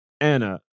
Anna